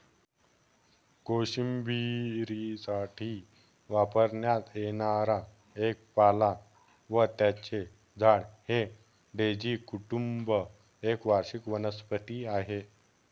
कोशिंबिरीसाठी वापरण्यात येणारा एक पाला व त्याचे झाड हे डेझी कुटुंब एक वार्षिक वनस्पती आहे